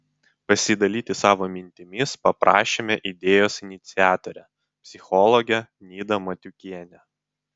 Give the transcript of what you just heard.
pasidalyti savo mintimis paprašėme idėjos iniciatorę psichologę nidą matiukienę